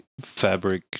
fabric